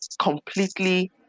completely